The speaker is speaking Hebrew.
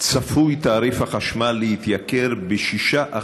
צפוי תעריף החשמל להתייקר ב-6%,